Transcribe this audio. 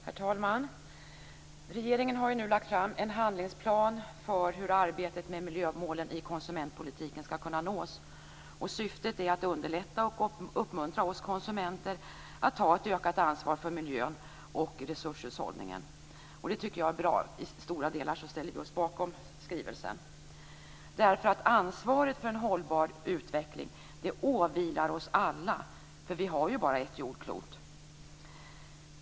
Herr talman! Regeringen har nu lagt fram en handlingsplan för hur arbetet med miljömålen i konsumentpolitiken skall kunna nås. Syftet är att underlätta för och uppmuntra oss konsumenter att ta ett ökat ansvar för miljön och resurshushållningen. Det tycker jag är bra. I stora delar ställer vi oss bakom denna skrivelse. Ansvaret för en hållbar utveckling åvilar oss alla, för vi har ju bara ett jordklot.